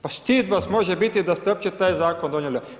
Pa stid vas može biti da ste opće taj Zakon donijeli.